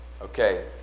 Okay